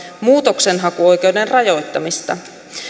muutoksenhakuoikeuden rajoittamista